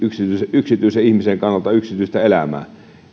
yksityisen ihmisen kannalta yksityistä elämää